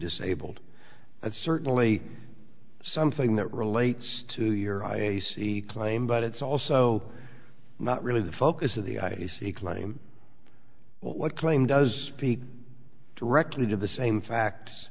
disabled that's certainly something that relates to your i a c claim but it's also not really the focus of the i e c claim what claim does speak directly to the same fact